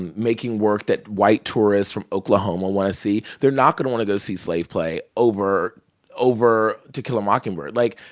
making work that white tourists from oklahoma want to see. they're not going to want to go see slave play over over to kill a mockingbird. like,